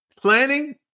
Planning